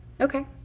Okay